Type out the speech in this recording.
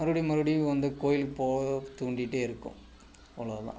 மறுபடியும் மறுபடியும் வந்து கோயிலுக்கு போக தூண்டிகிட்டே இருக்கும் அவ்வளோ தான்